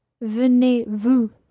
Venez-vous